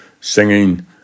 singing